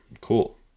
Cool